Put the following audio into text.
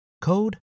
code